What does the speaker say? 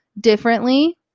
differently